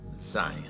zion